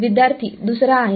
विद्यार्थी दुसरा आहे